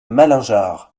malingear